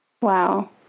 Wow